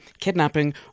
kidnapping